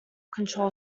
control